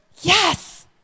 Yes